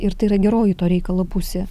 ir tai yra geroji to reikalo pusė